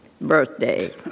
birthday